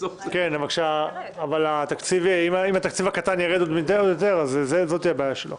אבל אם התקציב הקטן יירד, זאת תהיה הבעיה שלו.